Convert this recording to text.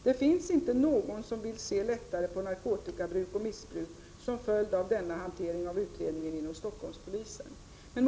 Det finns inte någon som till följd av denna hantering av utredningen inom Stockholmspolisen vill ta lättare på narkotikabruk och missbruk.